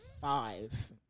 five